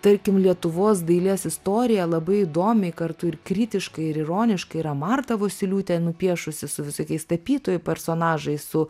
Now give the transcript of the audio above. tarkim lietuvos dailės istoriją labai įdomiai kartu ir kritiškai ir ironiškai yra marta vosyliūtė nupiešusi su visokiais tapytojų personažais su